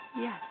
Yes